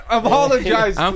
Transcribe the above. apologize